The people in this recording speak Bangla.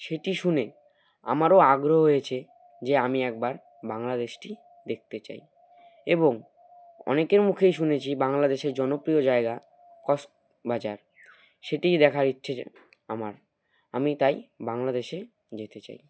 সেটি শুনে আমারও আগ্রহ হয়েছে যে আমি একবার বাংলাদেশটি দেখতে চাই এবং অনেকের মুখেই শুনেছি বাংলাদেশের জনপ্রিয় জায়গা কক্সবাজার সেটি দেখার ইচ্ছে আমার আমি তাই বাংলাদেশে যেতে চাই